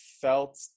felt